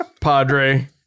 padre